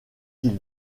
qu’il